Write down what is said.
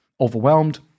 overwhelmed